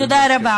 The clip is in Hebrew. תודה רבה.